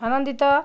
ଆନନ୍ଦିତ